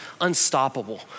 unstoppable